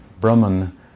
Brahman